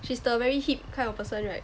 she's the very hip kind of person right